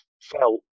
felt